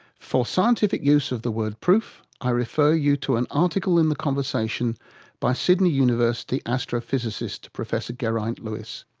for scientific use of the word proof, i refer you to an article in the conversation by sydney university astrophysicist professor geraint lewis.